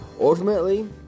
Ultimately